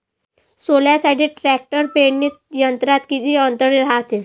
सोल्यासाठी ट्रॅक्टर पेरणी यंत्रात किती अंतर रायते?